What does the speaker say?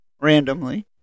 randomly